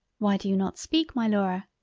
why do you not speak my laura?